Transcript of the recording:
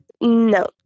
No